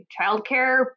childcare